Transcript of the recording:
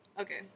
Okay